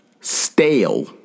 stale